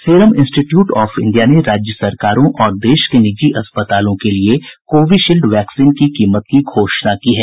serum institute of India ने राज्य सरकारों और देश के निजी अस्पतालों के लिए कोविशील्ड वैक्सीन की कीमत की घोषणा की है